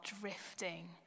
drifting